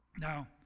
Now